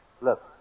Look